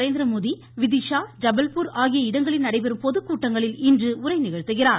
நரேந்திரமோடி விதிஷா ஜபல்பூர் ஆகிய இடங்களில் நடைபெறும் பொதுக்கூட்டங்களில் இன்று உரை நிகழ்த்துகிறார்